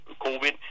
COVID